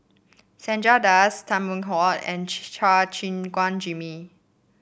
Chandra Das Tan Kheam Hock and Chua Gim Guan Jimmy